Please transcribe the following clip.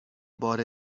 بار